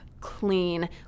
clean